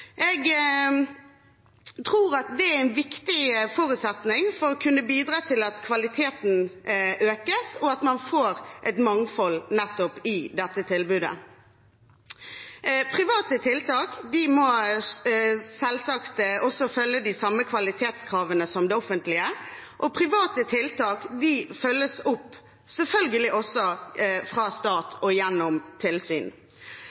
Jeg tror det er en viktig forutsetning for å kunne bidra til at kvaliteten øker, og at man får et mangfold nettopp i dette tilbudet. Private tiltak må selvsagt også følge de samme kvalitetskravene som offentlige, og private tiltak vil selvfølgelig også følges opp fra staten og gjennom tilsyn. Fremskrittspartiet mener at man selvfølgelig